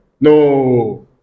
no